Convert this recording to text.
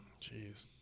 Jeez